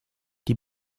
die